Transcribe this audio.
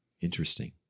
Interesting